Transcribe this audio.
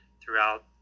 throughout